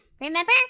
Remember